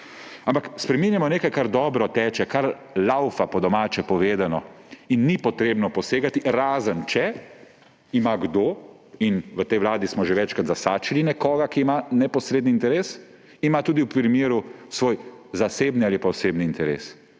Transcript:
Ampak spreminjamo nekaj, kar dobro teče, kar laufa, po domače povedano, in ni treba posegati, razen če ima kdo – in v tej vladi smo že večkrat zasačili nekoga, ki ima neposredni interes – tudi v primeru svoj zasebni ali pa osebni interes.